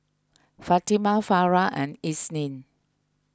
Fatimah Farah and Isnin